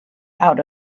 out